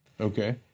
Okay